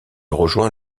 rejoint